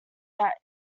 that